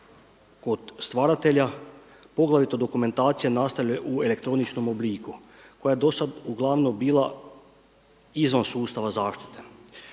kod stvaratelja poglavito dokumentacija nastala u elektroničkom obliku koja je do sada uglavnom bila izvan sustava zaštite.